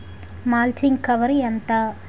Mulching cover ఎంత?